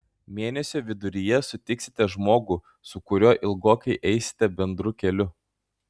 mėnesio viduryje sutiksite žmogų su kuriuo ilgokai eisite bendru keliu